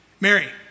Mary